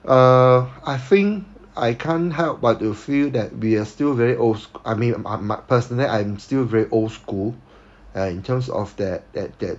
err I think I can't help but to feel that we are still very old school I mean personally I'm still very old school uh in terms of that that that